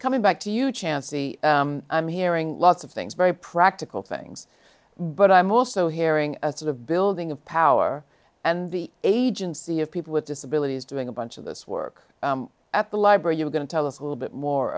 coming back to you chancy i'm hearing lots of things very practical things but i'm also hearing of the building of power and the agency of people with disabilities doing a bunch of us work at the library you're going to tell us a little bit more